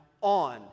on